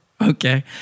okay